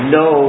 no